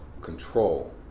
control